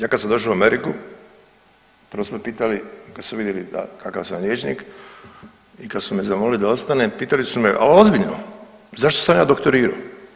Ja kad sam došao u Ameriku prvo su me pitali kad su vidjeli kakav sam liječnik i kad su me zamolili da ostanem, pitali su me a ozbiljno zašto sam ja doktorirao?